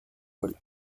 hall